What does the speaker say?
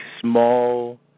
small